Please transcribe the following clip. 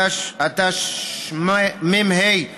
התשמ"ה 1985,